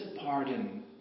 pardon